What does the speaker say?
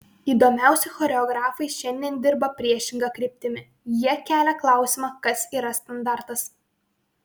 įdomiausi choreografai šiandien dirba priešinga kryptimi jie kelia klausimą kas yra standartas